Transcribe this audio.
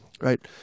Right